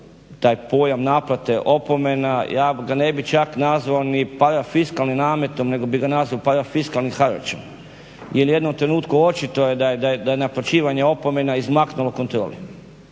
taj pojam naplate opomena. Ja ga ne bih čak nazvao ni parafiskalnim nametom nego bih ga nazvao parafiskalnim haračem. Jer u jednom trenutku očito je da je naplaćivanje opomena izmaknulo kontroli